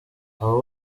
abo